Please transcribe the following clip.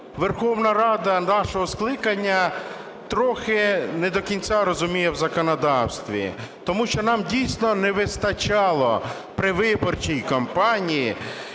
Верховна Рада нашого скликання трохи не до кінця розуміє в законодавстві. Тому що нам дійсно не вистачало при виборчій кампанії